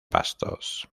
pastos